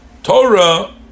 Torah